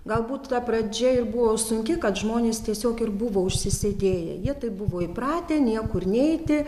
galbūt ta pradžia ir buvo sunki kad žmonės tiesiog ir buvo užsisėdėję jie tai buvo įpratę niekur neiti